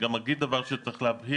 אגיד גם דבר שצריך להבהיר,